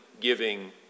giving